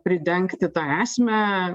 pridengti tą esmę